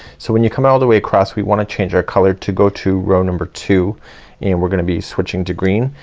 so when you come out all the way across we wanna change our color to go to row number two and we're gonna be switching to green.